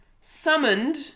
summoned